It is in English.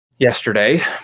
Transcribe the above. yesterday